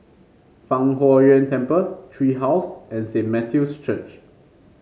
Fang Huo Yuan Temple Tree House and Saint Matthew's Church